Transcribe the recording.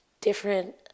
different